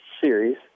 series